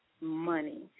money